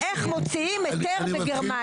אני אתן לאסף לספר איך מוציאים היתר בגרמניה.